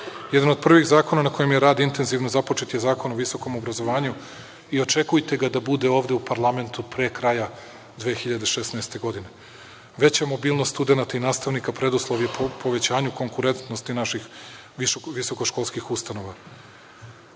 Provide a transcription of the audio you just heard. od prvih zakona na kojima je rad intenzivno započet je zakon o visokom obrazovanju i očekujte da bude ovde u parlamentu pre kraja 2016. godine. Veća mobilnost studenata i nastavnika preduslov je povećanja konkurentnosti naših visoko školskih ustanova. Promenama